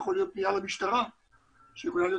יכולה להיות פנייה למשטרה והפנייה יכולה להיות